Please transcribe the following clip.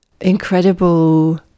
incredible